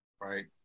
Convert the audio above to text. Right